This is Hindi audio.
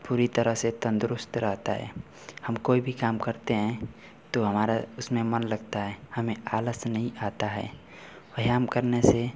पूरी तरह से तंदुरुस्त रहता है हम कोई भी काम करते हैं तो हमारा उसमें मन लगता है हमें आलस्य नहीं आता है वयाम करने से